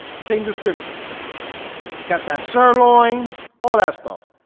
same description got that sirloin all that stuff,